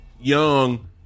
young